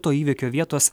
to įvykio vietos